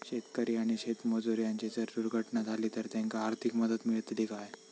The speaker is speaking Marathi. शेतकरी आणि शेतमजूर यांची जर दुर्घटना झाली तर त्यांका आर्थिक मदत मिळतली काय?